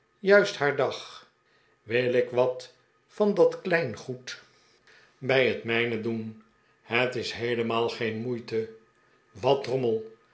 juist haar dag wil ik wat van dat kleine goed bij het mijne doen het is heelemaal geen moeite wat drommel